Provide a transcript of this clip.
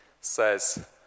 says